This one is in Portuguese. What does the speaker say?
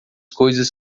coisas